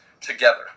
together